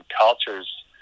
cultures